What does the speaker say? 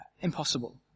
impossible